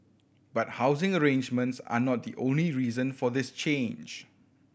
but housing arrangements are not the only reason for this change